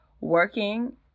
working